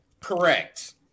Correct